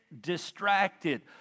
distracted